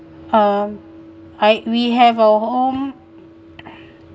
um I we have our home